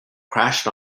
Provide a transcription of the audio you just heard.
crashed